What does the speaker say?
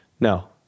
No